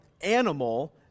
animal